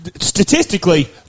Statistically